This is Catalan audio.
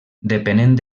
depenent